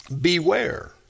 beware